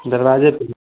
दरवाज़े पर